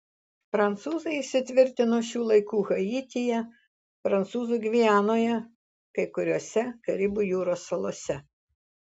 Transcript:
prancūzai įsitvirtino šių laikų haityje prancūzų gvianoje kai kuriose karibų jūros salose